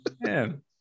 man